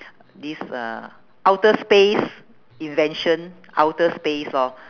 this uh outer space invention outer space lor